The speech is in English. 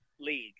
league